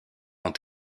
ont